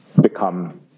become